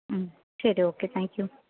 ம் சரி okay thank you